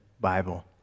Bible